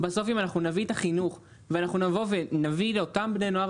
בסוף אם נחנך ונביא לאותם בני נוער